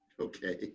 Okay